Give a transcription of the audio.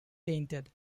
tainted